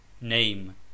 name